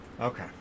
okay